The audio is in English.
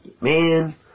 man